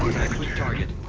started